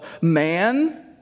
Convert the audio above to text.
man